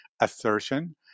assertion